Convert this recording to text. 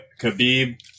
Khabib